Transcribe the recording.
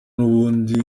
n’ubundi